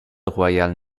royal